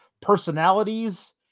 personalities